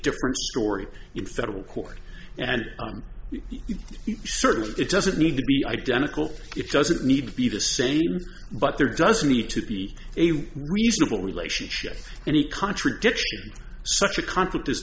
different story in federal court and certainly it doesn't need to be identical it doesn't need to be the same but there doesn't need to be a reasonable relationship any contradiction such a conflict